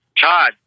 Todd